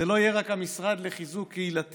זה לא יהיה רק המשרד לחיזוק קהילתי,